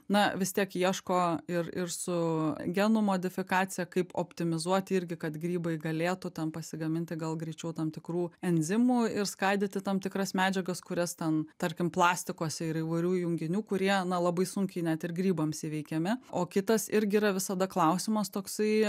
na vis tiek ieško ir ir su genų modifikacija kaip optimizuoti irgi kad grybai galėtų tam pasigaminti gal greičiau tam tikrų enzimų ir skaidyti tam tikras medžiagas kurias ten tarkim plastikuose ir įvairių junginių kurie labai sunkiai net ir grybams įveikiami o kitas irgi yra visada klausimas toksai